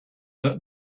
that